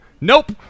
Nope